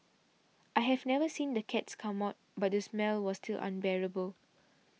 I have never seen the cats come out but the smell was still unbearable